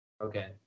Okay